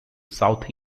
south